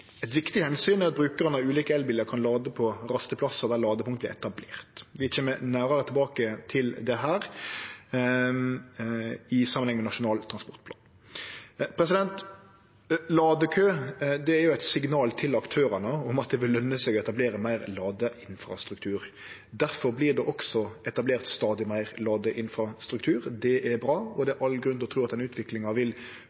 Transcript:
Eit viktig omsyn er at brukarane av ulike elbilar kan lade på rasteplassar der ladepunkt er etablerte. Vi kjem nærare tilbake til dette i samanheng med Nasjonal transportplan. Ladekø er eit signal til aktørane om at det vil løne seg å etablere meir ladeinfrastruktur. Derfor vert det også etablert stadig meir ladeinfrastruktur. Det er bra, og det